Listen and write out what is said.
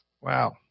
Wow